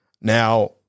Now